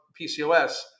PCOS